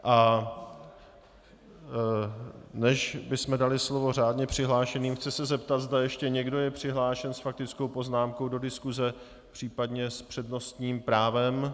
A než bychom dali slovo řádně přihlášeným, chci se zeptat, zda ještě někdo je přihlášen s faktickou poznámkou do diskuse, případně s přednostním právem.